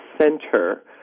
center